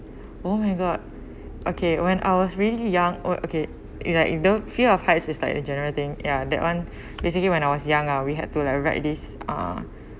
oh my god okay when I was really young oo okay you know you don't fear of heights is like a general thing ya that [one] basically when I was young ah we had to like ride this ah